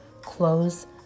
clothes